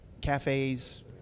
Cafes